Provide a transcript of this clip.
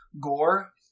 Gore